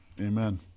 amen